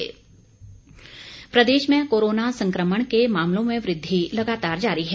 Himachal corona प्रदेश में corona संक्रमण के मामलों में वृद्धि लगातार जारी है